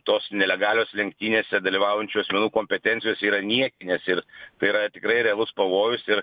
tos nelegalios lenktynėse dalyvaujančių asmenų kompetencijos yra niekinės ir tai yra tikrai realus pavojus ir